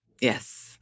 yes